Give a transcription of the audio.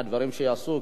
הדברים שייעשו,